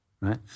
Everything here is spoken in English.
right